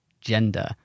gender